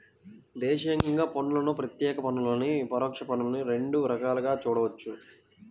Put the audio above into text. దేశీయంగా పన్నులను ప్రత్యక్ష పన్నులనీ, పరోక్ష పన్నులనీ రెండు రకాలుగా చూడొచ్చు